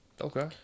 Okay